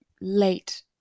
late